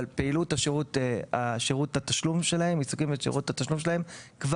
אבל פעילות שירות התשלום מפוקחת כבר